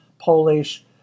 Polish